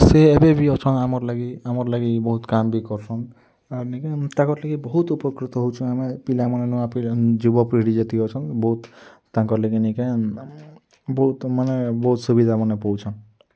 ସେ ଏବେ ବି ଅଛନ୍ ଆମର୍ ଲାଗି ଆମର୍ ଲାଗି ବହୁତ୍ କାମ୍ କରୁସନ୍ ଆର୍ ନିକେ ତାଙ୍କର ଟିକେ ବହୁତ୍ ଉପକୃତ ହଉଛୁ ଆମେ ପିଲାମାନ ଯୁବ ପିଢ଼ି ଯେତିକି ଅଛନ୍ ବହୁତ୍ ତାଙ୍କର ଲାଗି ନିକା ବହୁତ୍ ମାନେ ବହୁତ୍ ସୁବିଧା ମାନ୍ ପାଉଛନ୍